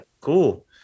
Cool